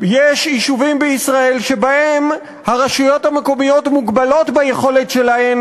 יש יישובים בישראל שהרשויות המקומיות שם מוגבלות ביכולת שלהם